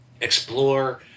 explore